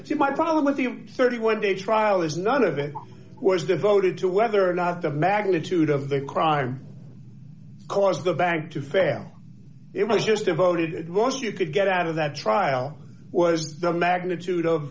it's my problem with the thirty one day trial is none of it was devoted to whether or not the magnitude of the crime caused the bank to fail it was just devoted once you could get out of that trial was the magnitude of